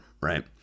Right